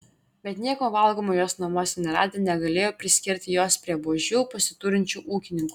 bet nieko valgomo jos namuose neradę negalėjo priskirti jos prie buožių pasiturinčių ūkininkų